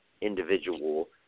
individual